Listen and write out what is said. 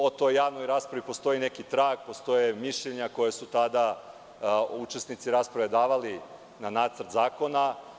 O toj javnoj raspravi postoji neki trag, postoje mišljenja koja su tada učesnici rasprave davali na nacrt zakona.